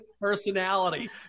personality